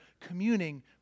communing